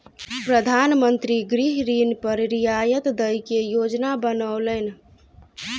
प्रधान मंत्री गृह ऋण पर रियायत दय के योजना बनौलैन